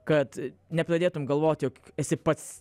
kad nepradėtum galvoti jog esi pats